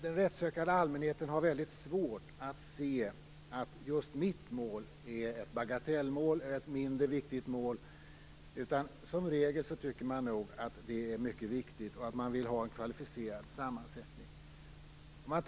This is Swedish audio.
Den rättssökande allmänheten har väldigt svårt att se att just hans eller hennes mål är ett bagatellmål eller ett mindre viktigt mål. Som regel tycker man nog att det är mycket viktigt och att man vill ha en kvalificerad sammansättning.